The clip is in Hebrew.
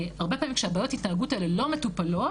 הרבה פעמים כשהן לא מטופלות,